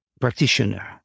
practitioner